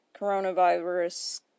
coronavirus